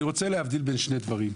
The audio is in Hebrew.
אני רוצה להבדיל בין שני דברים.